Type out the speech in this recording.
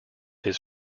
his